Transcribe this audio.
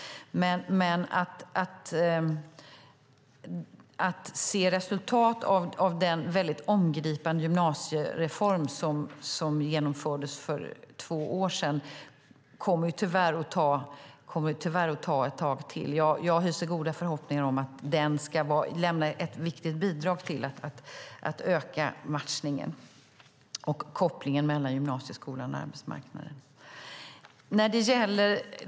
Resultaten av den mycket omgripande gymnasiereform som genomfördes för två år sedan kommer tyvärr att dröja ett tag till. Jag hyser goda förhoppningar om att den ska lämna ett viktigt bidrag till att öka matchningen och kopplingen mellan gymnasieskolan och arbetsmarknaden.